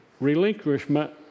relinquishment